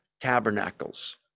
Tabernacles